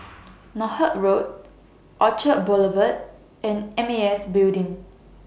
Northolt Road Orchard Boulevard and M A S Building